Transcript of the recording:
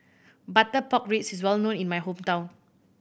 butter pork ribs is well known in my hometown